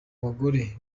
bagore